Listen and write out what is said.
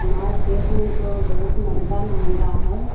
market में तो बहुत महँगा महँगा है